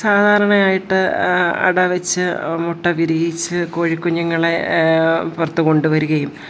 സാധാരണയായിട്ട് അട വച്ച് മുട്ട വിരിയിച്ച് കോഴിക്കുഞ്ഞുങ്ങളെ പുറത്ത് കൊണ്ട് വരുകയും